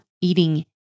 eating